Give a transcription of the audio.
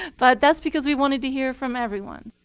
but that's because we wanted to hear from everyone.